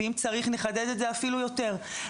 ואם צריך נחדד את זה אפילו יותר,